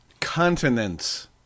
continents